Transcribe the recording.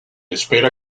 espera